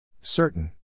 Certain